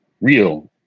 real